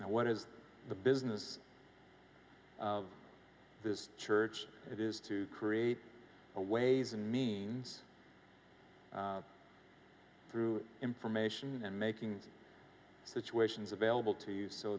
now what is the business of his church it is to create a ways and means through information and making these situations available to you so